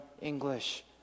English